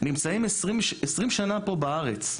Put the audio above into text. נמצאים 20 שנה פה בארץ.